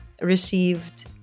received